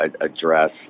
address